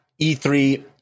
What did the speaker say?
E3